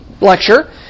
lecture